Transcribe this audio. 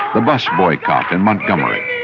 the bus boycott in montgomery,